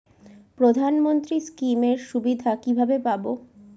প্রধানমন্ত্রী স্কীম এর সুবিধা কিভাবে পাবো?